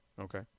Okay